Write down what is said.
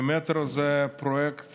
המטרו זה הפרויקט